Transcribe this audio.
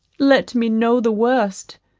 let me know the worst,